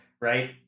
right